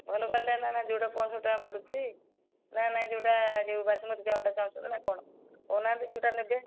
ଭଲ କ୍ଵାଲିଟିଟା ସେହିଟା ଯେଉଁଟା ପଞ୍ଚଷଠି ଟଙ୍କା ପଡ଼ୁଛି ନା ଯେଉଁଟା ବାସୁମତୀ ଚାଉଳଟା ଚାହୁଁଛନ୍ତି ନା କ'ଣ କହୁନାହାନ୍ତି ଯେଉଁଟା ନେବେ